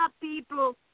people